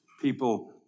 people